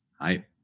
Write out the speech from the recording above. Hi